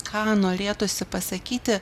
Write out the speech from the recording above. ką norėtųsi pasakyti